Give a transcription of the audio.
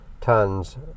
tons